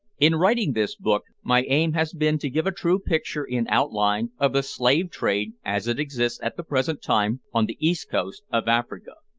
in writing this book, my aim has been to give a true picture in outline of the slave trade as it exists at the present time on the east coast of africa.